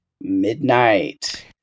Midnight